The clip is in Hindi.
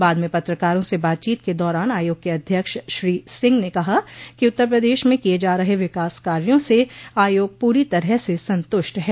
बाद में पत्रकारों से बातचीत के दौरान आयाग के अध्यक्ष श्री सिंह ने कहा कि उत्तर प्रदेश में किये जा रहे विकास कार्यो से आयोग पूरी तरह से संतुष्ट है